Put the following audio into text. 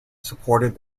supported